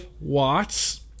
watts